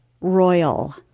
Royal